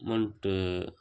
amount